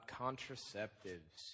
contraceptives